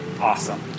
awesome